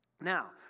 Now